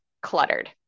cluttered